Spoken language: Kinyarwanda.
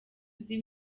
uzi